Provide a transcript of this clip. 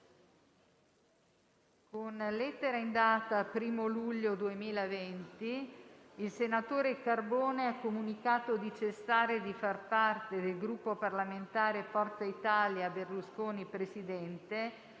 Con lettera in data 1° luglio 2020, il senatore Carbone ha comunicato di cessare di far parte del Gruppo parlamentare Forza Italia-Berlusconi Presidente-